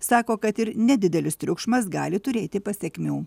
sako kad ir nedidelis triukšmas gali turėti pasekmių